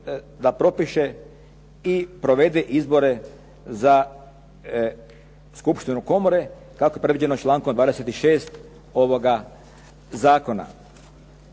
da propiše i provede izbore za skupštinu komore kako je predviđeno člankom 26. ovoga Zakona.